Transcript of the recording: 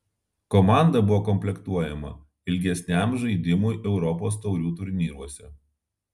komanda buvo komplektuojama ilgesniam žaidimui europos taurių turnyruose